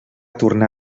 tornar